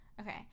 okay